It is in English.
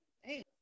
hey